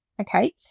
Okay